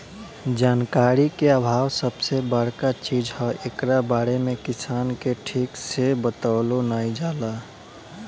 जानकारी के आभाव सबसे बड़का चीज हअ, एकरा बारे में किसान के ठीक से बतवलो नाइ जाला